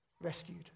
rescued